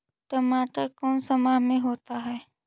टमाटर कौन सा माह में होता है?